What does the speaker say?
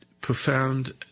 profound